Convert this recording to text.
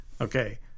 Okay